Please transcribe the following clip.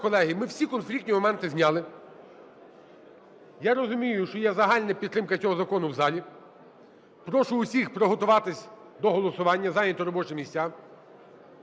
Отже, колеги, ми всі конфліктні моменти зняли. Я розумію, що є загальна підтримка цього закону в залі. Прошу усіх приготуватися до голосування, зайняти робочі місця.